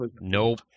Nope